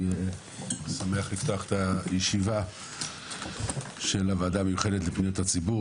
אני שמח לפתוח את הישיבה של הוועדה המיוחדת לפניות הציבור,